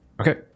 Okay